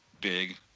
big